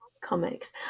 comics